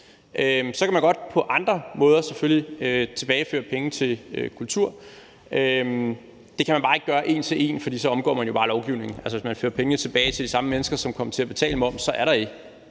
godt på andre måder tilbageføre penge til kultur. Det kan man bare ikke gøre en til en, for så omgår man jo lovgivningen. Hvis man fører pengene tilbage til de samme mennesker, som betalte momsen, så er der jo ikke